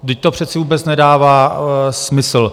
Vždyť to přece vůbec nedává smysl.